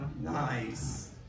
Nice